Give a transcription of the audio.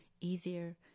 easier